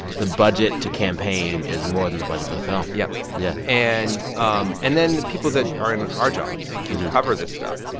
the budget to campaign is more than the budget for the film yep yeah and um and then the people that are in our jobs who cover this stuff,